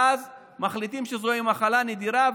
ואז מחליטים שזו מחלה נדירה,